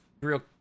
real